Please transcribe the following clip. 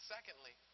Secondly